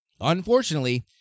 unfortunately